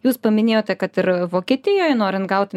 jūs paminėjote kad ir vokietijoj norint gaut